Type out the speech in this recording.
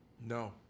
No